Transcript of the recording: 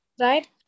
right